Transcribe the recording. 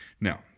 Now